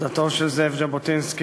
נכדתו של זאב ז'בוטינסקי,